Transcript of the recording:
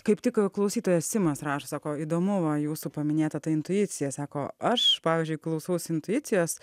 kaip tik klausytojas simas rašo sako įdomu va jūsų paminėta ta intuicija sako aš pavyzdžiui klausausi intuicijos